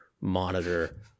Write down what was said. monitor